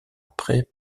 après